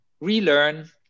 ReLearn